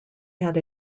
had